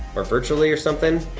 or virtually or something.